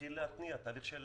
נתחיל להתניע תהליך של